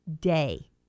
day